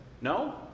No